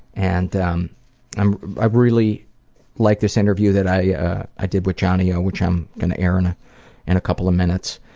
and um i really like this interview that i i did with johnny o, which i'm going to air in and and a couple of minutes.